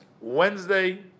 Wednesday